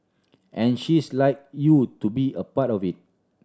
and she's like you to be a part of it